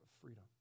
freedom